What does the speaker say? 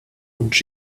und